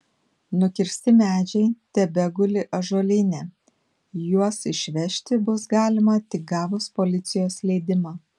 nukirsti medžiai tebeguli ąžuolyne juos išvežti bus galima tik gavus policijos leidimą